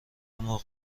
مرغ